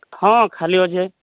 ହଁ ଖାଲି ଅଛି